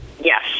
Yes